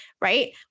right